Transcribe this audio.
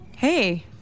Hey